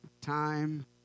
time